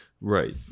Right